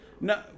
no